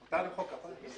אפשר למחוא כפיים?